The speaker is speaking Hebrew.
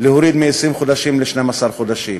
להוריד מ-20 חודשים ל-12 חודשים.